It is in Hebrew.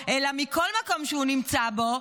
אלא מכל מקום שהוא נמצא בו,